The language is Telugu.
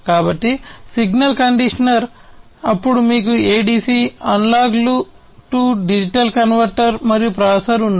కాబట్టి సిగ్నల్ కండీషనర్ అప్పుడు మీకు ADC analog to digital converter మరియు ప్రాసెసర్ ఉన్నాయి